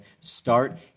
Start